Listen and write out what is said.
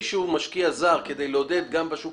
שמי שהוא משקיע זר כדי לעודד גם בשוק